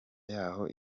yaho